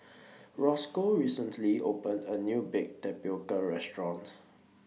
Roscoe recently opened A New Baked Tapioca Restaurant